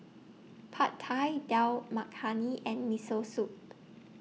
Pad Thai Dal Makhani and Miso Soup